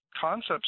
concepts